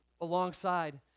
alongside